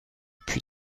puits